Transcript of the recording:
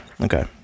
okay